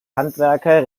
handwerker